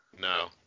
No